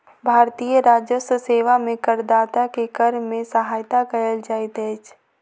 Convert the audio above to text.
भारतीय राजस्व सेवा में करदाता के कर में सहायता कयल जाइत अछि